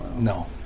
No